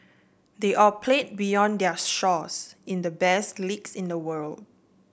they all play beyond their shores in the best leagues in the world